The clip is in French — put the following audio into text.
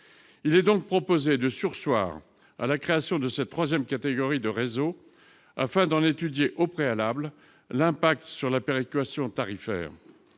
Il est donc proposé de surseoir à la création de cette troisième catégorie de réseaux afin d'en étudier au préalable l'impact sur la péréquation tarifaire